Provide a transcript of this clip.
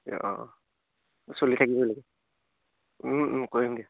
অঁ অঁ চলি থাকিব লাগে কৰিম দিয়া